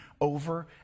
over